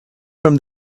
from